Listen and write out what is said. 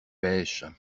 pêche